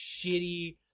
shitty